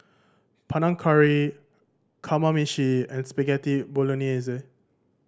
Panang Curry Kamameshi and Spaghetti Bolognese